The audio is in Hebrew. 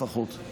לפחות.